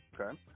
okay